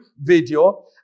video